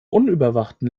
unüberwachten